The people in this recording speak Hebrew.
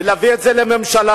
להביא אותה לממשלה,